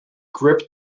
grip